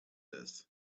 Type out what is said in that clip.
this